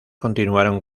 continuaron